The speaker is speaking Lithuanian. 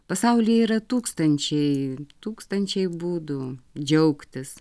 pasaulyje yra tūkstančiai tūkstančiai būdų džiaugtis